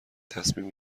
صمیم